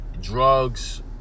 drugs